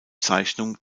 zeichnung